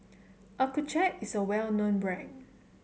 Accucheck is a well known brand